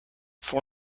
for